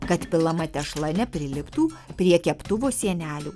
kad pilama tešla nepriliptų prie keptuvo sienelių